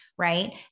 Right